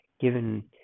given